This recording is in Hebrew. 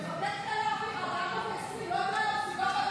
מפקד חיל האוויר לא ידע על המסיבה בנובה.